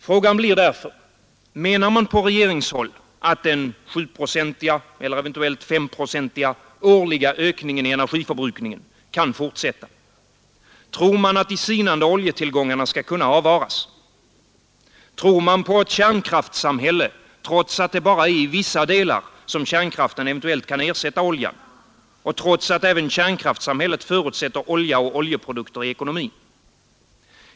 Frågan blir därför: Menar man på regeringshåll att den 7-procentiga eller eventuellt 5-procentiga årliga ökningen i energiförbrukningen kan fortsätta? Tror man att de sinande oljetillgångarna skall kunna avvaras? Tror man på ett kärnkraftssamhälle, trots att det bara är i vissa delar som kärnkraften eventuellt kan ersätta oljan och trots att även kärnkraftssamhället förutsätter olja och oljeprodukter i ekonomin?